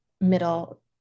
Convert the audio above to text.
middle